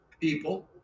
people